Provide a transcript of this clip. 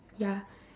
ya